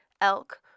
elk